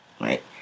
right